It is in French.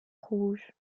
rouge